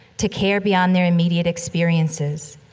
to care beyond their immediate experiences.